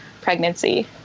pregnancy